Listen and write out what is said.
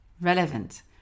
Relevant